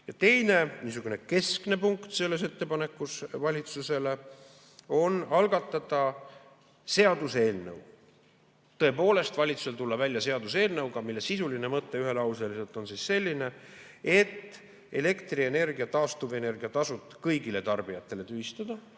Teine niisugune keskne punkt selles ettepanekus valitsusele on algatada seaduseelnõu, tõepoolest, et valitsus tuleks välja seaduseelnõuga, mille sisuline mõte ühe lausega on selline, et elektrienergia taastuvenergia tasu kõigil tarbijatel tühistada